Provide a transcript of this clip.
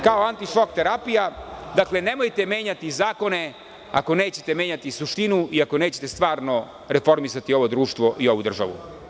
Kao anti-šok terapija, nemojte menjati zakone ako nećete menjati suštinu i ako nećete stvarno reformisati ovo društvo i ovu državu.